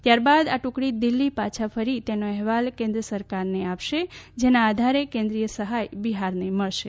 ત્યારબાદ આ ટૂકડી દિલ્હી પાછા ફરીને તેનું અહેવાલ કેન્દ્ર સરકાર આપશે જેના આધારે કેન્દ્રીય સહાય બિહારને મળશે